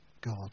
God